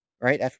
right